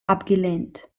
abgelehnt